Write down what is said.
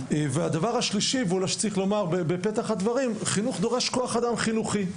הדבר השלישי שאולי צריך לומר בפתח הדברים: חינוך דורש כוח אדם חינוכי,